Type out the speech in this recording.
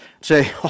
say